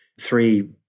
three